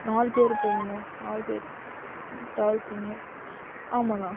நாலு பேர் போகணும்ண்ணா நாலு பேர் டிராவல் பண்ணணும் ஆமாம் அண்ணா